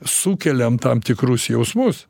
sukeliam tam tikrus jausmus